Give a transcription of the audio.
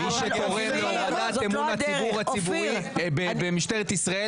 מי שגורם להורדת אמון הציבור במשטרת ישראל,